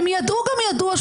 הם ידעו גם ידעו,